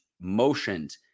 motioned